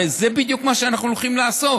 הרי זה בדיוק מה שאנחנו הולכים לעשות.